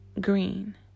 green